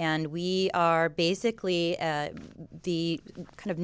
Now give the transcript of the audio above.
and we are basically the kind of